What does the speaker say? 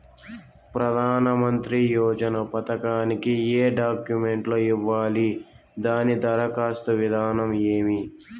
ప్రధానమంత్రి యోజన పథకానికి ఏ డాక్యుమెంట్లు ఇవ్వాలి దాని దరఖాస్తు విధానం ఏమి